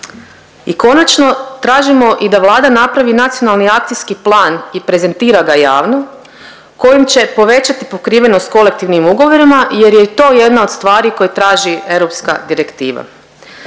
I konačno, tražimo i da Vlada napravi nacionalni akcijski plan i prezentira ga javno kojim će povećati pokrivenost kolektivnim ugovorima jer je to jedna od stvari koje traži europska direktiva.